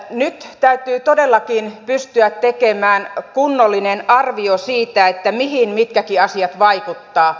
nyt täytyy todellakin pystyä tekemään kunnollinen arvio siitä mihin mitkäkin asiat vaikuttavat